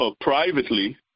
privately